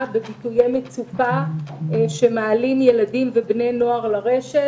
בביטויי מצוקה שמעלים ילדים ובני נוער לרשת,